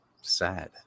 Sad